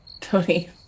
Tony